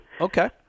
Okay